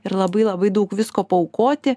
ir labai labai daug visko paaukoti